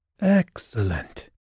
Excellent